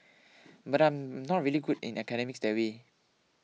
but I'm not really good in academics that way